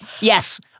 yes